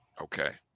Okay